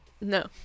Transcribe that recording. No